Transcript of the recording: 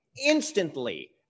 instantly